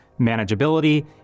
manageability